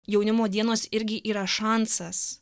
jaunimo dienos irgi yra šansas